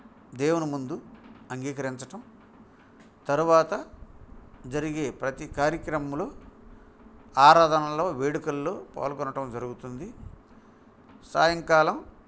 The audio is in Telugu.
దేవుని ముందు అంగీకరించటం తరువాత జరిగే ప్రతీ కార్యక్రమంలో ఆరాధనలో వేడుకల్లో పాల్గొనడం జరుగుతుంది సాయంకాలం